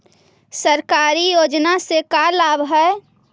सरकारी योजना से का लाभ है?